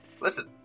Listen